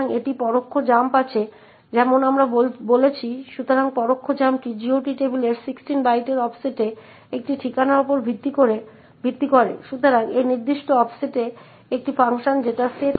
এবং এখন আমরা কয়েকটি নির্দেশনা দিয়ে শুধুমাত্র এক ধাপে প্রিন্টএফPLT এবং অবশেষে প্রবেশ করতে দেব